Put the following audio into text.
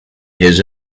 his